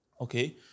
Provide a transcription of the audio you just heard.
Okay